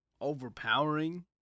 overpowering